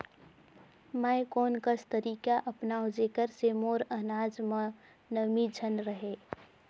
मैं कोन कस तरीका अपनाओं जेकर से मोर अनाज म नमी झन रहे?